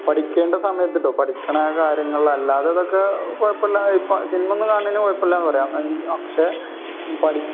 പഠിക്കേണ്ട സമയത്ത് കേട്ടോ പഠിക്കുന്ന കാര്യങ്ങളിലല്ലാതെ ഇതൊക്കെ കുഴപ്പമില്ലാതായി സിനിമയൊന്ന് കാണുന്നതിന് കുഴപ്പമില്ലെന്ന് പറയാം പക്ഷേ